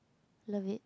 love it